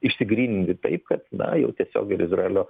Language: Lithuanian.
išsigryninti taip kad na jau tiesiog ir izraelio